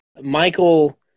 Michael